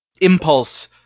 impulse